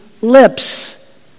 lips